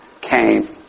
came